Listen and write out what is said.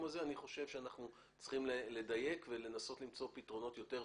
הזה אני חושב שאנחנו צריכים לדייק ולנסות למצוא פתרונות יותר טובים.